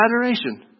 adoration